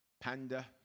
panda